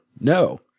No